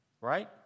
right